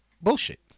bullshit